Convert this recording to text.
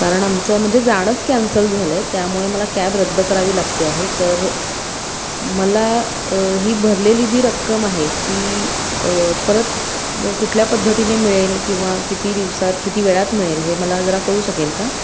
कारण आमचं म्हणजे जाणंच कॅन्सल झालं आहे त्यामुळे मला कॅब रद्द करावी लागते आहे तर मला ही भरलेली जी रक्कम आहे ती परत कुठल्या पद्धतीने मिळेल किंवा किती दिवसात किती वेळात मिळेल हे मला जरा कळू शकेल का